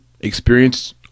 experience